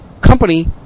company